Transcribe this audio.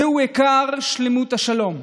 זהו עיקר שלמות השלום,